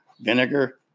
vinegar